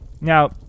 Now